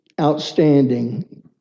outstanding